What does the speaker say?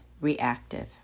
reactive